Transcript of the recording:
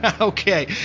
Okay